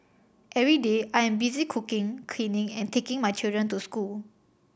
every day I am busy cooking cleaning and taking my children to school